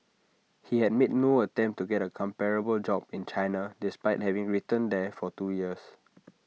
he had made no attempt to get A comparable job in China despite having returned there for two years